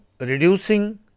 reducing